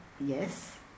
yes